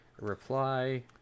Reply